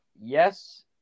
yes